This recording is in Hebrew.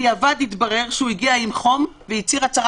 התאמתם את זה,